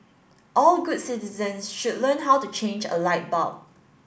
all good citizens should learn how to change a light bulb